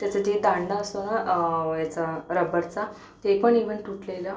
त्याचं जे दांडा असतो ना ह्याचा रब्बरचा ते पण ईवन तुटलेलं